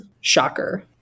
shocker